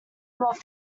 love